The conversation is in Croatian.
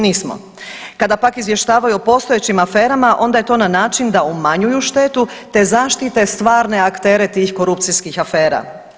Kada pak izvještavaju o postojećim aferama onda je to na način da umanjuju štetu, te zaštite stvarne aktere tih korupcijskih afera.